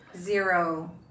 Zero